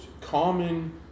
common